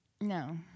No